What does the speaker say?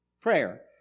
Prayer